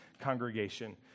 congregation